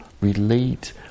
relate